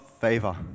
favor